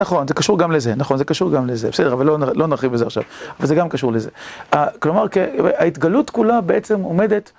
נכון, זה קשור גם לזה, נכון, זה קשור גם לזה, בסדר, אבל לא נרחיב לזה עכשיו, אבל זה גם קשור לזה. כלומר, ההתגלות כולה בעצם עומדת...